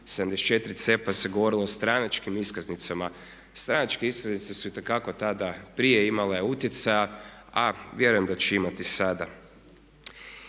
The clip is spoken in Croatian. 74C pa se govorilo o stranačkim iskaznicama. Stranačke iskaznice su itekako tada prije imale utjecaja a vjerujem da će imati i sada.